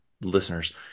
listeners